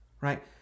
right